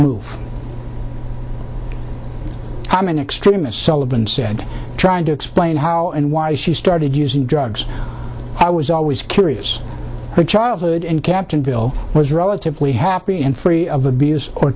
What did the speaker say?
move i'm in extremis sullivan said trying to explain how and why she started using drugs i was always curious her childhood and captain bill was relatively happy and free of abuse or